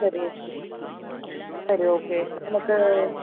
சரி ஓகே சரி ஓகே எனக்கு